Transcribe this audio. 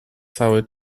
cały